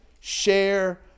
share